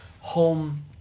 Home